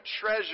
treasure